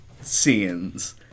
scenes